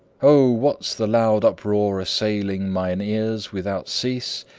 o, what's the loud uproar assailing mine ears without cease?